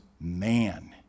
man